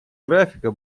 графика